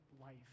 life